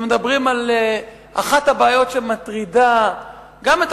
כשמדברים על אחת הבעיות שמטרידות גם את